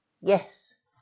Yes